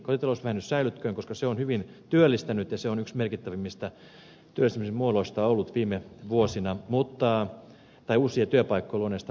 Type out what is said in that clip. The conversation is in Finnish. kotitalousvähennys säilyköön koska se on hyvin työllistänyt se on yksi merkittävimmistä uusia työpaikkoja luoneista muodoista ollut viime vuosina muuttaa tai uusi työpaikka luoneista